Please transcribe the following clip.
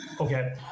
Okay